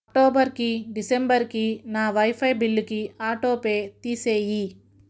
అక్టోబర్కి డిసెంబర్కి నా వైఫై బిల్లుకి ఆటోపే తీసేయి